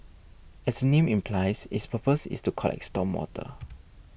as name implies its purpose is to collect storm water